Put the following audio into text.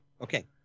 okay